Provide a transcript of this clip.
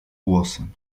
głosem